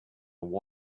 wall